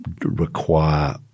require